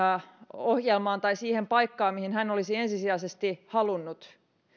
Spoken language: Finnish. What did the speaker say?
ohjelmaan tai siihen paikkaan mihin hän olisi ensisijaisesti halunnut